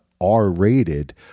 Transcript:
R-rated